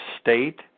state